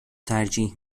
ترجیح